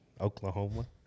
oklahoma